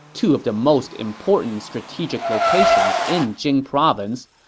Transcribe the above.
two of the most important strategic locations in jing province,